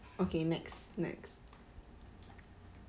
okay next next